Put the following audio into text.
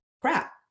crap